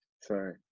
Sorry